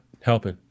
helping